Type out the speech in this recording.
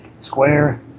Square